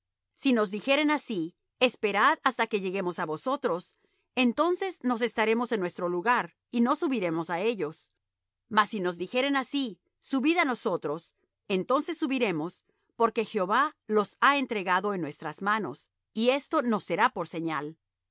si nos dijeren así esperad hasta que lleguemos á vosotros entonces nos estaremos en nuestro lugar y no subiremos á ellos mas si nos dijeren así subid á nosotros entonces subiremos porque jehová los ha entregado en nuestras manos y esto nos será por señal